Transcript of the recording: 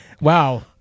Wow